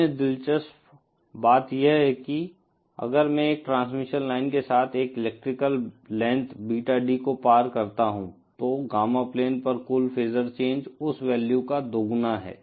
अन्य दिलचस्प बात यह है कि अगर मैं एक ट्रांसमिशन लाइन के साथ एक इलेक्ट्रिकल लेंथ बीटा D को पार करता हूं तो गामा प्लेन पर कुल फेसर चेंज उस वैल्यू का दोगुना है